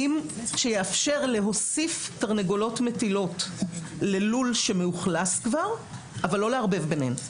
שיאפשר להוסיף תרנגולות מטילות ללול שמאוכלס כבר אבל לא לערבב ביניהן.